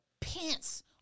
pants